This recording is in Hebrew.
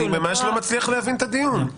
אני ממש לא מצליח להבין את הדיון.